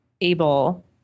able